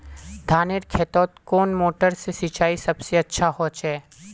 धानेर खेतोत कुन मोटर से सिंचाई सबसे अच्छा होचए?